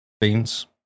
Beans